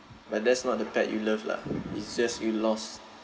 but that's not the pet you love lah it's just you lost